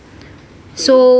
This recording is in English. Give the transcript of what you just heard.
so